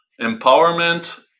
empowerment